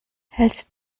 hältst